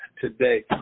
today